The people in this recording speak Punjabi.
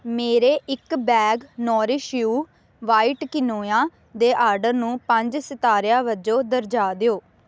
ਮੇਰੇ ਇਕ bag nourish you white quinoa ਦੇ ਆਡਰ ਨੂੰ ਪੰਜ ਸਿਤਾਰਿਆਂ ਵਜੋਂ ਦਰਜਾ ਦਿਓ